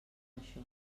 això